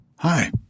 Hi